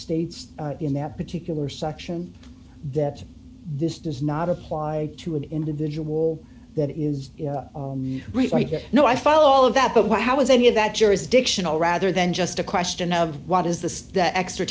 states in that particular section that this does not apply to an individual that is refight you know i follow all of that but what how is any of that jurisdictional rather than just a question of what is the that extra